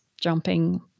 jumping